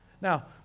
Now